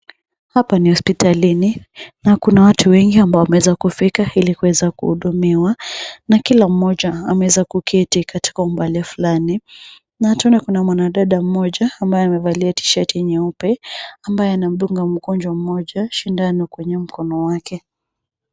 Hapa ni hospitalini na kuna watu wengi ambao wameweza kufika ili kuweza kuhudumiwa na kila mmoja ameweza kuketi katika umbali fulani na tunaona mwanadada mmoja ambaye amevalia T shirt nyeupe ambayo ana mdunga mgonjwa mmoja shindano kwenye mkono wake.